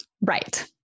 Right